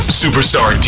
superstar